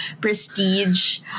prestige